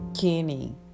Kenny